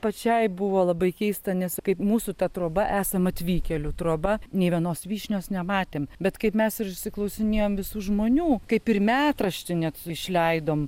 pačiai buvo labai keista nes kaip mūsų ta troba esam atvykėlių troba nei vienos vyšnios nematėm bet kaip mes ir išsiklausinėjom visų žmonių kaip ir metraštį net išleidom